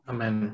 Amen